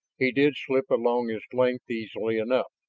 he did slip along its length easily enough.